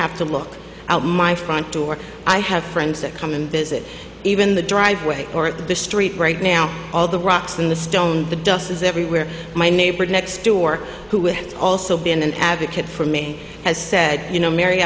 to look out my front door i have friends that come and visit even the driveway or at the street right now all the rocks in the stone the dust is everywhere my neighbor next door who is also been an advocate for me has said you know mar